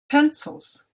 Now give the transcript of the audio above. pencils